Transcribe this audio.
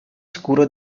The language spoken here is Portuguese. escura